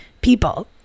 people